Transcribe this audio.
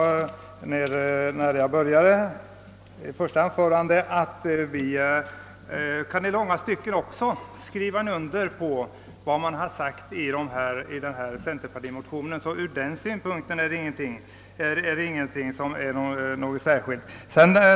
Herr talman! Jag sade i mitt första anförande att också vi i långa stycken kan ansluta oss till vad som anförts i den aktuella centerpartimotionen. I detta avseende föreligger alltså inga särskilda meningsskiljaktigheter.